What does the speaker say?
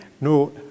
no